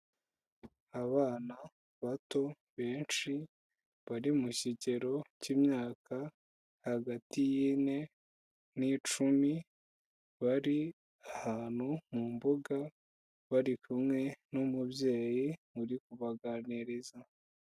Abana bato benshi bari mu kigero cy'imyaka hagati y'ine n'icumi, bari ahantu mu mbuga, bari kumwe n'umubyeyi uri kubaganiriza.